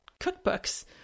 cookbooks